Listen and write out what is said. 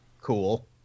Cool